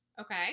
Okay